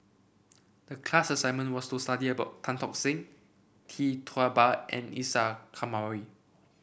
the class assignment was to study about Tan Tock Seng Tee Tua Ba and Isa Kamari